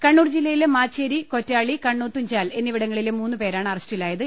കണ്ണൂർ ജില്ലയിലെ മാച്ചേരി കൊറ്റാളി കണ്ണോത്തുംചാൽ എന്നിവിടങ്ങ ളിലെ മൂന്നുപേരാണ് അറസ്റ്റിലായത്